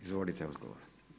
Izvolite odgovor.